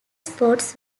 sports